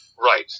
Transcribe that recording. Right